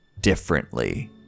differently